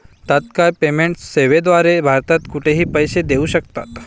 तत्काळ पेमेंट सेवेद्वारे भारतात कुठेही पैसे देऊ शकतात